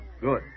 Good